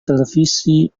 televisi